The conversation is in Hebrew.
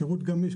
שירות גמיש,